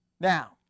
Now